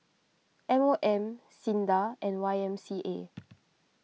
M O M Sinda and Y M C A